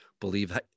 believe